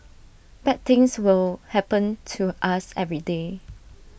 bad things will happen to us every day